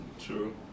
true